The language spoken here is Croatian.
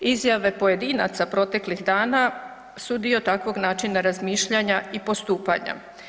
Izjave pojedinaca proteklih dana su dio takvog načina razmišljanja i postupanja.